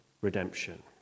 redemption